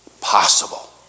possible